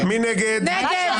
פרטנר.